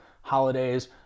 holidays